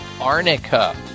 Arnica